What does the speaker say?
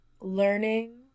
learning